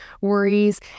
worries